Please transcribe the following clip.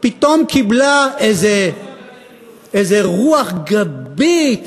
פתאום קיבלה איזה רוח גבית,